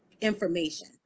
information